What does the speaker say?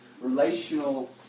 Relational